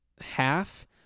half